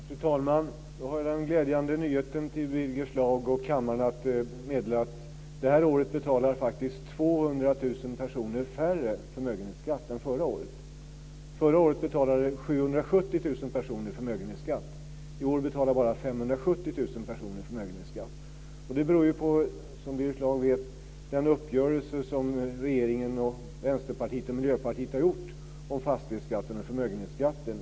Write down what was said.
Fru talman! Jag har den glädjande nyheten till Birger Schlaug och kammaren att meddela att det här året betalar faktiskt 200 000 personer färre förmögenhetsskatt än förra året. Förra året betalade 770 000 personer förmögenhetsskatt. I år betalar bara 570 000 Det beror - som Birger Schlaug vet - på den uppgörelse som regeringen, Vänsterpartiet och Miljöpartiet har gjort om förmögenhetsskatten och fastighetsskatten.